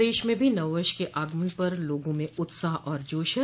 प्रदेश में भी नव वर्ष के आगमन पर लोगों में उत्साह और जोश है